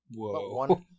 Whoa